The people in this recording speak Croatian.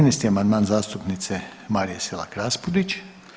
13. amandman zastupnice Marije Selak Raspudić.